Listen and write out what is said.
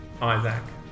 Isaac